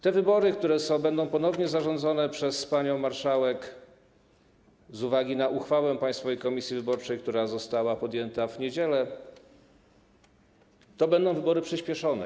Te wybory, które będą ponownie zarządzone przez panią marszałek z uwagi na uchwałę Państwowej Komisji Wyborczej, która została podjęta w niedzielę, będą wyborami przyspieszonymi.